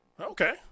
Okay